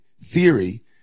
theory